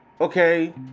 okay